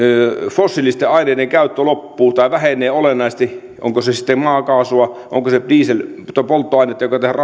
fossiilisten aineiden käyttö loppuu tai vähenee olennaisesti onko se sitten maakaasua onko se dieselpolttoaine